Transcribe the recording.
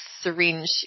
syringe